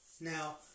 Now